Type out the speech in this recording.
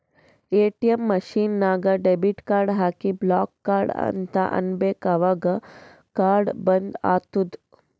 ATM machine ನಾಗ್ debit card ಹಾಕಿ block card ಅಂತ್ ಅನ್ಬೇಕ ಅವಗ್ ಕಾರ್ಡ ಬಂದ್ ಆತ್ತುದ್